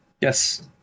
Yes